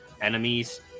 enemies